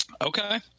Okay